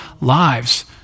lives